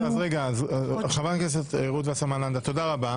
תודה רבה.